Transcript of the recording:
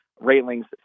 railings